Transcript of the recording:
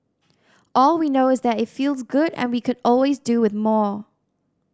all we know is that it feels good and we could always do with more